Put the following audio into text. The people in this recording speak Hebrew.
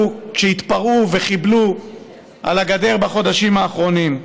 כשהתפרעו וחיבלו בגדר בחודשים האחרונים.